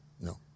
No